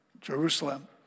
Jerusalem